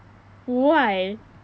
why